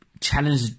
Challenge